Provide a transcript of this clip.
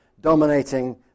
dominating